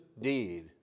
deed